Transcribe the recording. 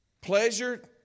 pleasure